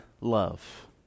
Love